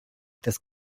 des